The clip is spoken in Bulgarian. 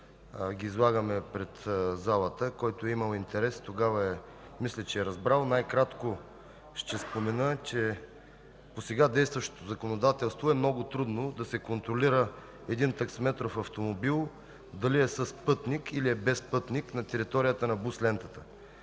ги излагаме пред залата. Който е имал интерес тогава, мисля, че е разбрал. Накратко ще спомена, че по сега действащото законодателство е много трудно да се контролира един таксиметров автомобил дали е с пътник, или е без пътник на територията на бус лентата.